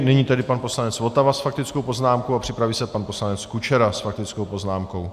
Nyní pan poslanec Votava s faktickou poznámkou a připraví se pan poslanec Kučera s faktickou poznámkou.